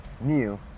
new